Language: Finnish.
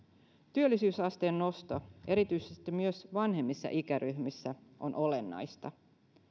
työllisyysasteen nosto erityisesti myös vanhemmissa ikäryhmissä on olennaista